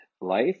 life